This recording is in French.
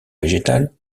végétal